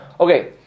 Okay